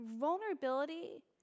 vulnerability